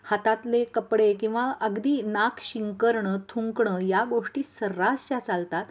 हातातले कपडे किंवा अगदी नाक शिंकरणं थुंकणं या गोष्टी सर्रास ज्या चालतात